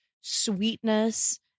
sweetness